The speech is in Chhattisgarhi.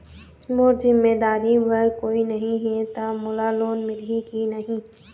मोर जिम्मेदारी बर कोई नहीं हे त मोला लोन मिलही की नहीं?